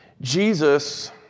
Jesus